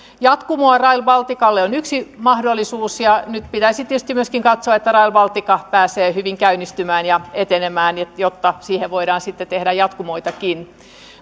jatkumo rail balticalle on yksi mahdollisuus ja nyt pitäisi tietysti myöskin katsoa että rail baltica pääsee hyvin käynnistymään ja etenemään jotta siihen voidaan sitten tehdä jatkumoitakin